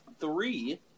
three